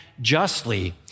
Justly